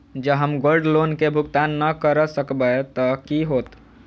जँ हम gold loan केँ भुगतान न करऽ सकबै तऽ की होत?